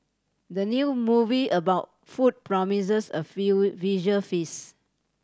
the new movie about food promises a visual feast